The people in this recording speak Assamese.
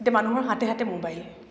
এতিয়া মানুহৰ হাতে হাতে মোবাইল